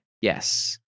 Yes